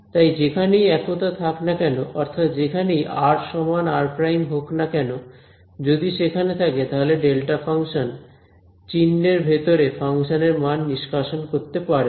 তাই যেখানেই একতা থাক না কেন অর্থাৎ যেখানেই rr হোক না কেন যদি সেখানে থাকে তাহলে ডেল্টা ফাংশন চিহ্নের ভেতরে ফাংশানের মান নিষ্কাশন করতে পারবে